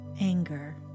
anger